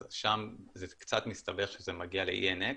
אז שם זה קצת מסתבך כשזה מגיע ל-EN Express.